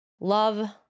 love